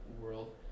world